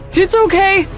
it's okay,